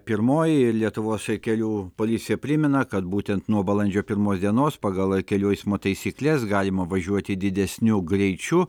pirmoji lietuvos kelių policija primena kad būtent nuo balandžio pirmos dienos pagal kelių eismo taisykles galima važiuoti didesniu greičiu